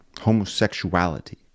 homosexuality